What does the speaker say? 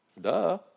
Duh